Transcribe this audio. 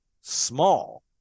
small